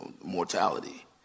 mortality